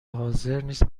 حاضرنیست